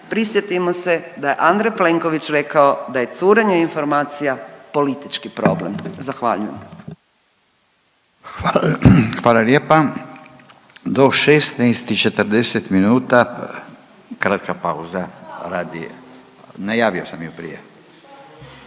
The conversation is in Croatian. Prisjetimo se da je Andrej Plenković rekao da je curenje informacija politički problem. Zahvaljujem. **Radin, Furio (Nezavisni)** Hvala lijepa. Do 16 i 40 minuta, kratka pauza radi, najavio sam ju prije.